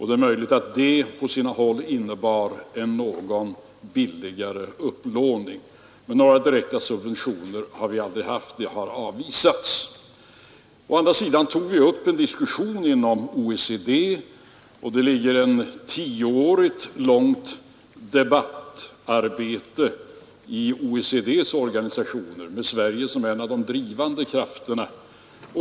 Det är möjligt att detta på sina håll innebar en något billigare upplåning, men några direkta subventioner har vi aldrig haft, de har avvisats. Å andra sidan tog vi upp en diskussion inom OECD, och debattarbetet i OECD:s organisationer pågick i tio år med Sverige som en av de drivande krafterna.